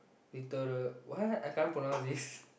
litera~ what I can't pronounce this